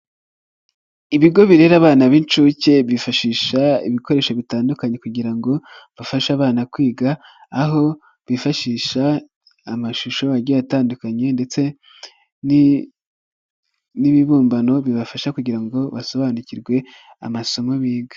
Ibigo birebara abana b'inshuke, bifashisha ibikoresho bitandukanye kugira ngo bafashe abana kwiga, aho bifashisha amashusho agiye atandukanye ndetse n'ibibumbano bibafasha kugira ngo basobanukirwe amasomo biga.